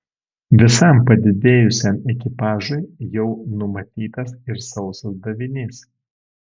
visam padidėjusiam ekipažui jau numatytas ir sausas davinys